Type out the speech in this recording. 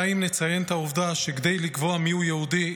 די אם נציין את העובדה שכדי לקבוע מיהו יהודי,